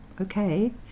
okay